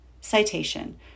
Citation